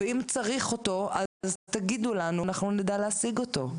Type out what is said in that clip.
אם צריך אותו אז תגידו לנו ואנחנו נדע להשיג אותו.